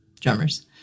drummers